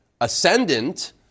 ascendant